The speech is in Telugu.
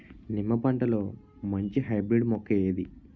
నిమ్మ పంటలో మంచి హైబ్రిడ్ మొక్క ఏది?